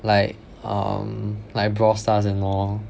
like um like Brawl Stars and all